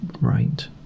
right